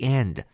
end